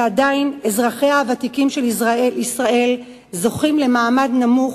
ועדיין אזרחיה הוותיקים של ישראל זוכים למעמד נמוך,